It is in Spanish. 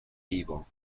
vivo